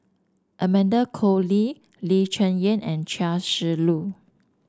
Amanda Koe Lee Lee Cheng Yan and Chia Shi Lu